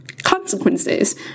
Consequences